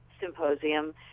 symposium